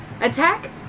attack